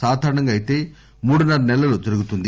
సాధారణంగా అయితే మూడున్న ర నెలలు జరుగుతుంది